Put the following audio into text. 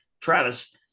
travis